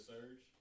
Surge